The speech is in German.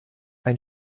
ein